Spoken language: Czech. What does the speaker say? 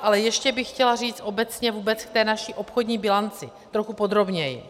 Ale ještě bych chtěla říct obecně vůbec k té naší obchodní bilanci trochu podrobněji.